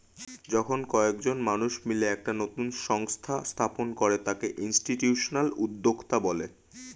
যখন কয়েকজন মানুষ মিলে একটা নতুন সংস্থা স্থাপন করে তাকে ইনস্টিটিউশনাল উদ্যোক্তা বলে